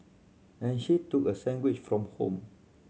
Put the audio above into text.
and she took a sandwich from home